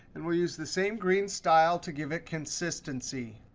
and we'll use the same green style to give it consistency.